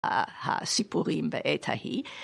סיפורים בעת ההיא